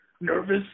nervous